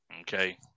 okay